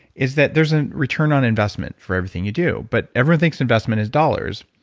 is that there's a return on investment for everything you do. but everyone thinks investment is dollars.